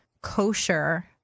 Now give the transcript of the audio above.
kosher